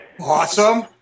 Awesome